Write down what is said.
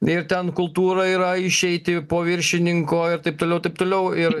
ir ten kultūra yra išeiti po viršininko ir taip toliau taip toliau ir